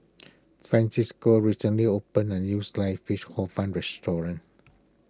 Francisco recently opened a new Sliced Fish Hor Fun restaurant